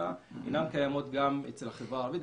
התעסוקה אינן קיימות גם בחברה הערבית.